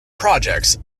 projects